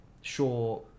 sure